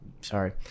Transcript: sorry